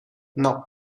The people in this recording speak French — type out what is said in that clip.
non